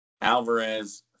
Alvarez